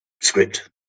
script